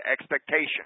expectation